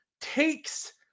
takes